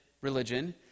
religion